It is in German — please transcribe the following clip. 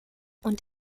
und